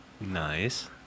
Nice